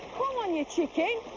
come on you chicken.